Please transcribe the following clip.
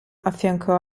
affiancò